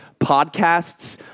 podcasts